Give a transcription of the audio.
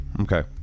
Okay